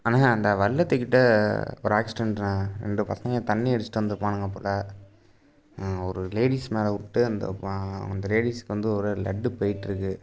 அண்ணே அந்த வல்லத்துக் கிட்டே ஒரு ஆக்சிடென்ட்டு அண்ணே ரெண்டு பசங்கள் தண்ணி அடிச்சுட்டு வந்திருப்பானுங்க போல் ஒரு லேடிஸ் மேல் விட்டு அந்த ப அந்த லேடிஸ்ஸுக்கு வந்து ஒரே லட்டு போய்கிட்ருக்கு